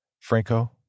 Franco